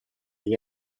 gli